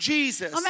Jesus